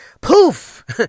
poof